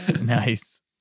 nice